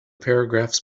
paragraphs